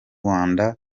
rwanda